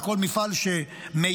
לכל מפעל שמייצא.